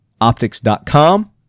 optics.com